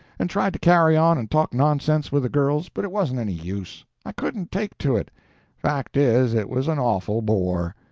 and tried to carry on and talk nonsense with the girls, but it wasn't any use i couldn't take to it fact is, it was an awful bore.